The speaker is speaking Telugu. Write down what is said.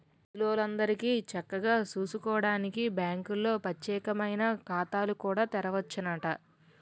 ముసలాల్లందరికీ చక్కగా సూసుకోడానికి బాంకుల్లో పచ్చేకమైన ఖాతాలు కూడా తెరవచ్చునట